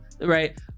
right